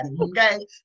Okay